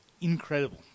incredible